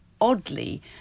oddly